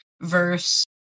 verse